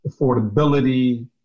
affordability